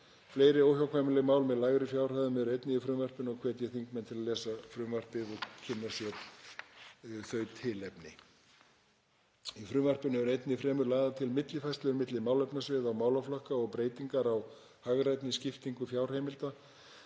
Fleiri óhjákvæmileg mál með lægri fjárhæðum eru einnig í frumvarpinu og hvet ég þingmenn að lesa frumvarpið og kynna sér þessi tilefni. Í frumvarpinu eru enn fremur lagðar til millifærslur milli málefnasviða og málaflokka og breytingar á hagrænni skiptingu fjárheimilda.